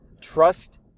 Trust